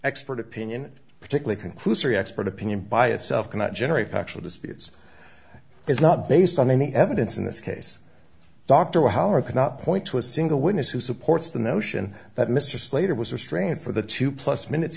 expert opinion particularly conclusory expert opinion by itself cannot generate factual disputes is not based on any evidence in this case dr howard cannot point to a single witness who supports the notion that mr slater was restrained for the two plus minutes